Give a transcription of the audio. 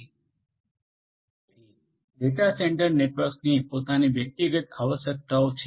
તેથી data centre નેટવર્ક્સની પોતાની વ્યક્તિગત આવશ્યકતાઓ છે